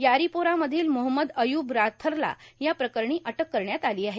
यारोपोरा मधील मोहम्मद अयूब राथरला या प्रकरणी अटक करण्यात आलो आहे